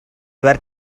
were